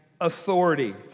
authority